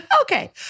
Okay